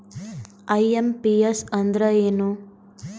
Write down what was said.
IMPS ಅಂದ್ರ ಏನು?